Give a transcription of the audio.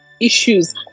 issues